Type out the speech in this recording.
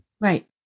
Right